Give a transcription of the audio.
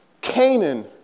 Canaan